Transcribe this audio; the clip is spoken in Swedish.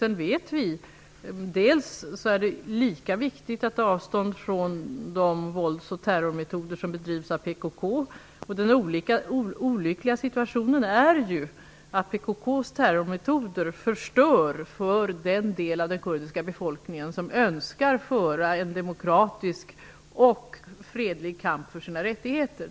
Vi vet att det är viktigt att ta avstånd från de våldsoch terrormetoder som bedrivs av PKK. Den olyckliga situationen är ju att PKK:s terrormetoder förstör för den del av den kurdiska befolkningen som önskar föra en demokratisk och fredlig kamp för sina rättigheter.